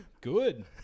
Good